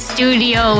Studio